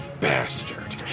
bastard